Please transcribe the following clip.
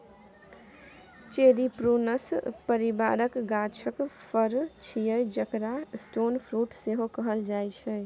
cherry prunus परिबारक गाछक फर छियै जकरा स्टोन फ्रुट सेहो कहल जाइ छै